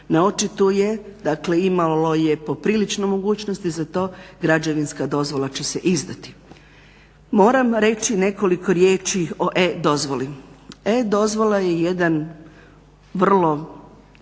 očituje dakle imalo je poprilično mogućnosti za to, građevinska dozvola će se izdati. Moram reći nekoliko riječi o e-dozvoli. E-dozvola je jedan vrlo